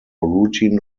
routine